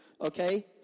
okay